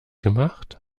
gemacht